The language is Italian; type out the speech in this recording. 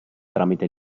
tramite